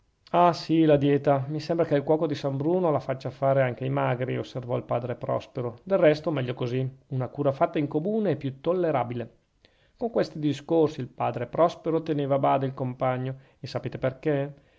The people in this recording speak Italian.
ah sì la dieta mi sembra che il cuoco di san bruno la faccia fare anche ai magri osservò il padre prospero del resto meglio così una cura fatta in comune è più tollerabile con questi discorsi il padre prospero teneva a bada il compagno e sapete perchè